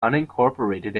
unincorporated